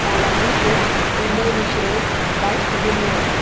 Balaji foods Mumbai मिश्रण वायट स्थितीन मेळ्ळें